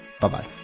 Bye-bye